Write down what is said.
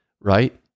Right